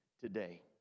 today